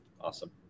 awesome